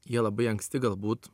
jie labai anksti galbūt